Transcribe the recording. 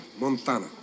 Montana